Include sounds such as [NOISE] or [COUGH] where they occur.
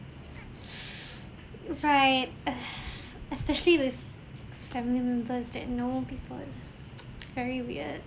right ah especially with family members that know people is [NOISE] very weird